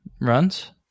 runs